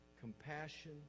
compassion